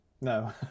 No